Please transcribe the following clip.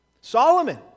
Solomon